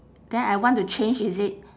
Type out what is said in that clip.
then I want to change is it